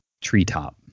treetop